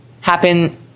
happen